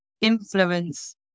influence